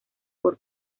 por